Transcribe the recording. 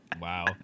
Wow